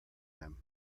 them